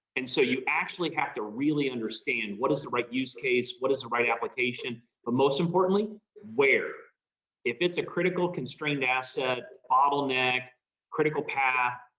and so you actually have to really understand what is the right use case, what is the right application, but most importantly, where if it's a critical constrained asset, bottleneck critical path,